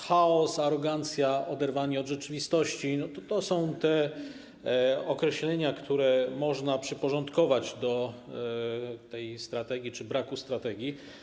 Chaos, arogancja, oderwanie od rzeczywistości - to są określenia, które można przyporządkować do tej strategii czy tego braku strategii.